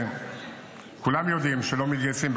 שכולם יודעים שלא מתגייסים,